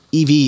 EV